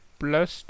plus